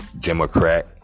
Democrat